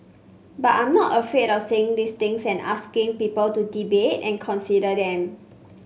but I'm not afraid of saying these things and asking people to debate and consider them